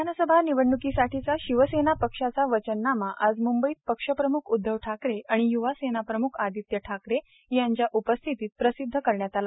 विधानसभा निवडणुकीसाठीचा शिवसेना पक्षाचा वचननामा आज मुंबईत पक्षप्रमुख उद्धव ठाकरे आणि युवासेना प्रमुख आदित्य ठाकरे यांच्या उपस्थितीत प्रसिद्ध करण्यात आला